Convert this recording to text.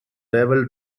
devil